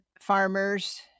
farmers